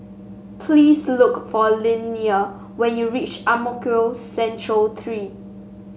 please look for Linnea when you reach Ang Mo Kio Central Three